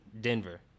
Denver